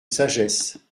sagesse